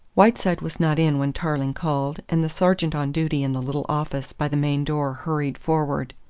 whiteside was not in when tarling called, and the sergeant on duty in the little office by the main door hurried forward.